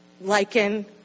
lichen